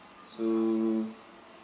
so